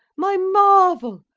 my marvel,